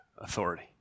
authority